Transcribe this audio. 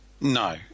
No